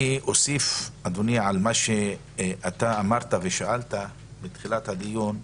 אני אוסיף על מה שאמרת ושאלת בתחילת הדיון,